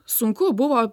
sunku buvo